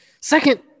Second